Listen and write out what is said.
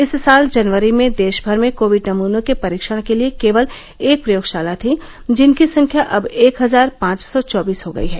इस साल जनवरी में देशभर में कोविड नमूनों के परीक्षण के लिए केवल एक प्रयोगशाला थी जिनकी संख्या अब एक हजार पांच सौ चौबीस हो गई है